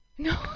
No